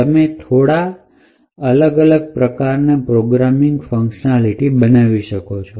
અને તમે થોડા અલગ અલગ પ્રકારની પ્રોગ્રામિંગ functionality બનાવી શકો